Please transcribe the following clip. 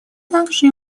также